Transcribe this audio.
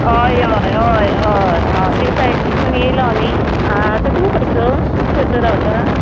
हय हय हय हय आं ते सायडीकसून येयलो न्ही आं आतां तूं खंयसर तूं खंयसर रावता